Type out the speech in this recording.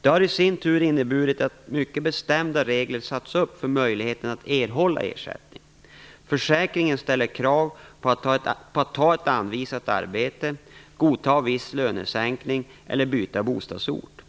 Det har i sin tur inneburit att mycket bestämda regler satts upp för möjligheten att erhålla ersättning. Försäkringen ställer krav på att ta ett anvisat arbete, godta viss lönesänkning eller byta bostadsort.